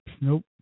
Nope